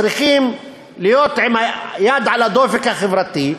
שצריכים להיות עם היד על הדופק החברתי,